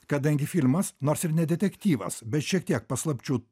kadangi filmas nors ir ne detektyvas bet šiek tiek paslapčių